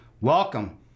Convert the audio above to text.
Welcome